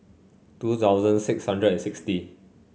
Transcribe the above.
two thousand six hundred and sixty